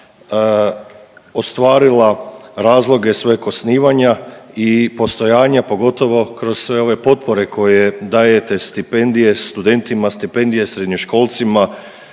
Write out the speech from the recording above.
ostvarila razloge svojeg osnivanja i postojanja pogotovo kroz sve ove potpore koje dajete stipendije studentima, stipendije srednjoškolcima,